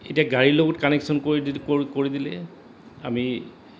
এতিয়া গাড়ীৰ লগত কানেক্যন কৰি কৰি দিলে আমি